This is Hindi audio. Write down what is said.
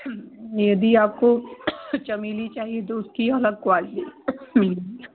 यदि आपको चमेली चाहिए तो उसकी अलग क्वालिटी है